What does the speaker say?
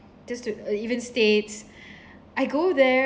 just to or even states I go there